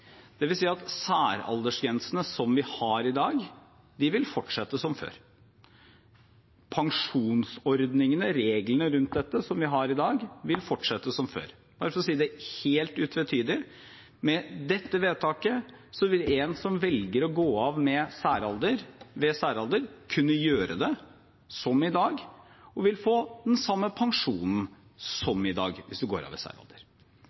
at særaldersgrensene vi har i dag, vil fortsette som før. Pensjonsordningene, reglene rundt dette, som vi har i dag, vil fortsette som før. Bare for å si det helt utvetydig: Med dette vedtaket vil en som velger å gå av ved særalder, kunne gjøre det, som i dag, og vil få den samme pensjonen som i dag – hvis man går av